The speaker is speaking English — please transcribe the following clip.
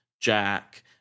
Jack